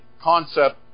concept